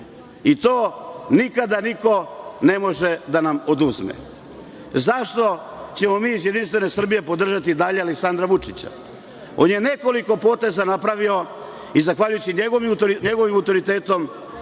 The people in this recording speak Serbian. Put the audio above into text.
To nikada niko ne može da nam oduzme.Zašto ćemo mi iz Jedinstvene Srbije podržati i dalje Aleksandra Vučića? On je nekoliko poteza napravio. NJegovim autoritetom